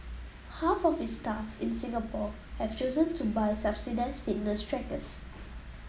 half of its staff in Singapore have chosen to buy subsidised fitness trackers